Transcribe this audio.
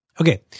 okay